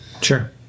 sure